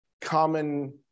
common